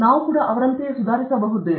ನಾವು ಕೂಡ ಸುಧಾರಿಸಬಹುದೇ